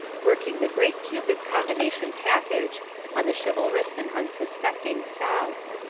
working the great cupid combination package on the chivalrous and unsuspecting south.